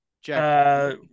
Jack